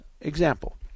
Example